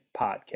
podcast